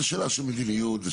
זו שאלה של מדיניות.